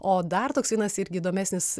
o dar toks vienas irgi įdomesnis